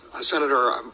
Senator